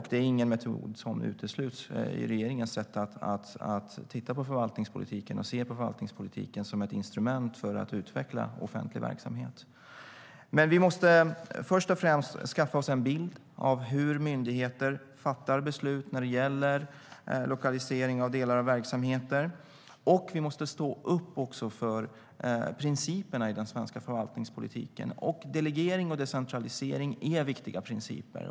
Det är ingen metod som utesluts i regeringens sätt att se på förvaltningspolitiken som ett instrument för att utveckla offentlig verksamhet. Vi måste först och främst skaffa oss en bild av hur myndigheter fattar beslut när det gäller lokalisering av delar av verksamheter. Vi måste också stå upp för principerna i den svenska förvaltningspolitiken, och delegering och decentralisering är viktiga principer.